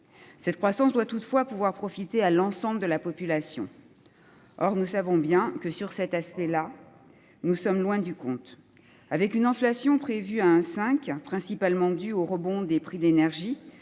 cette croissance doit profiter à l'ensemble de la population. Or nous savons bien que, de ce point de vue, nous sommes loin du compte. Avec une inflation prévue à 1,5 %, principalement due au rebond des prix de l'énergie,